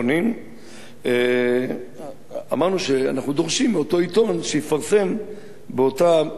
אמרנו שאנחנו דורשים מאותו עיתון שיפרסם באותו גודל,